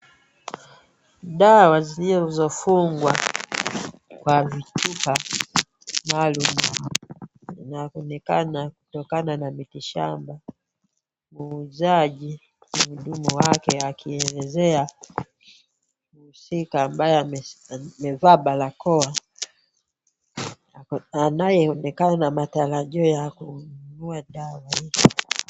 Dawa zilizofungwa kwa vichupa maalum, zinaonekana kutokana na mitishamba. Muuzaji na mhudumu wake akielezea mhusika ambaye amevaa barakoa anayeonekana matarajio ya kununua dawa.